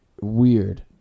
weird